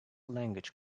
language